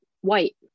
white